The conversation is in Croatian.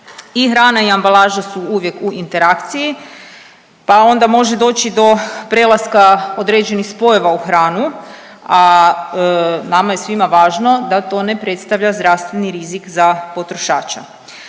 I hrana i ambalaža su uvijek u interakciji, pa onda može doći do prelaska određenih spojeva u hranu, a nama je svima važno da to ne predstavlja zdravstveni rizik za potrošača.